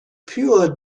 pure